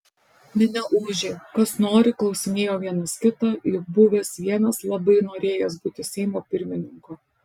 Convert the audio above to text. minia ūžė kas nori klausinėjo vienas kitą juk buvęs vienas labai norėjęs būti seimo pirmininku